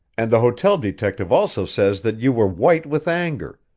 and the hotel detective also says that you were white with anger,